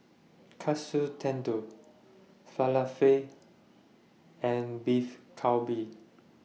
Katsu Tendon Falafel and Beef Galbi